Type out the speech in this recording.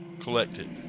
collected